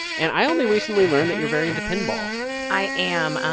and i only recently learned that you're very into pinball i am.